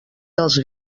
dels